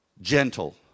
gentle